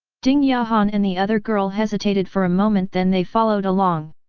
ding yahan and the other girl hesitated for a moment then they followed along.